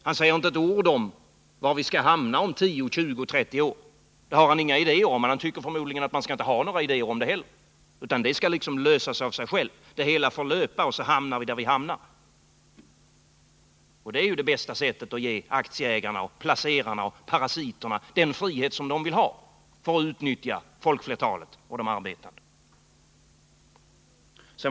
Han säger inte ett ord om var vi skall hamna om 10, 20 eller 30 år. Det har han inga idéer om, men han tycker förmodligen att vi inte skall ha några idéer om det heller. Det skall liksom lösa sig av sig självt. Det får löpa och sedan hamnar vi där vi hamnar. Det är det bästa sättet att ge aktieägarna, placerarna och parasiterna den frihet de vill ha för att utnyttja folkflertalet och de arbetande.